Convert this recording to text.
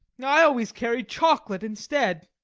i always carry chocolate instead